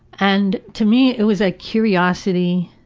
and to me it was a curiosity